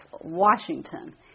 Washington